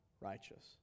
righteous